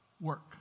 work